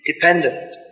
Dependent